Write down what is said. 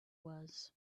was